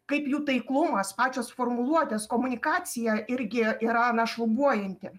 kaip jų taiklumas pačios formuluotės komunikacija irgi yra na šlubuojanti